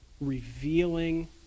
revealing